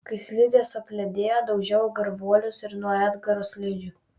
kai slidės apledėjo daužiau gurvuolius ir nuo edgaro slidžių